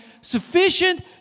sufficient